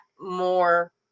more